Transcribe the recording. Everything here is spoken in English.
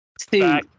Steve